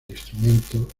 instrumento